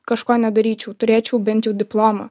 kažko nedaryčiau turėčiau bent jau diplomą